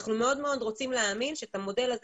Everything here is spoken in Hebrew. אנחנו רוצים להאמין שאת המודל הזה